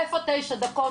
איפה תשע דקות?